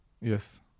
Yes